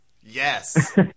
Yes